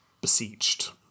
besieged